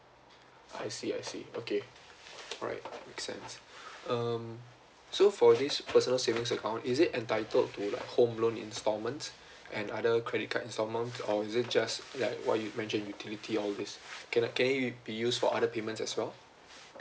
I see I see okay alright makes sense um so for this personal savings account is it entitled to like home loan instalments and other credit card instalments or is it just like what you mentioned utility all this can it be used for other payments as well